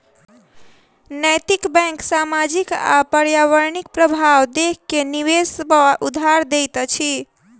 नैतिक बैंक सामाजिक आ पर्यावरणिक प्रभाव देख के निवेश वा उधार दैत अछि